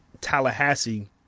Tallahassee